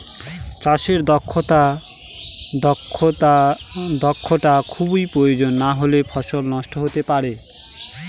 চাষে দক্ষটা খুবই প্রয়োজন নাহলে ফসল নষ্ট হতে পারে